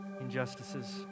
injustices